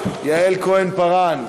יעל כהן-פארן,